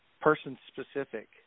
person-specific